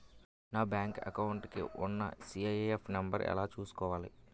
నా bank account కి ఉన్న సి.ఐ.ఎఫ్ నంబర్ ఎలా చూసుకోవాలి?